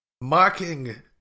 Mocking